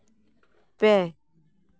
ᱯᱮ